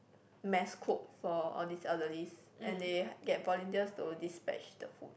mass cook for all these elderlies and they get volunteers to dispatch the food